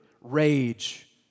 rage